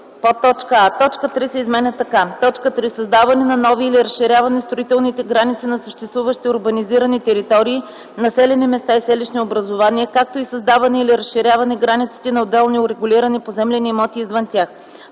ал. 3: а) точка 3 се изменя така: „3. създаване на нови или разширяване строителните граници на съществуващи урбанизирани територии (населени места и селищни образувания), както и създаване или разширяване границите на отделни урегулирани поземлени имоти извън тях;”;